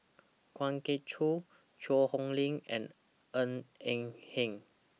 Kwa Geok Choo Cheang Hong Lim and Ng Eng Hen